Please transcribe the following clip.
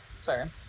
sorry